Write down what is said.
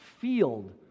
field